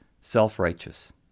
self-righteous